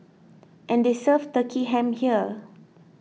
and they serve Turkey Ham here